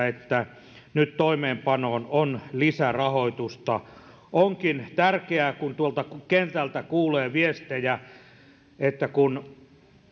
että nyt toimeenpanoon on lisärahoitusta onkin tärkeää kun tuolta kentältä kuulee viestejä että kun